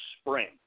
spring